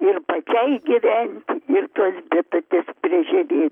ir pačiai gyvent ir tas bitutės prižiūrėt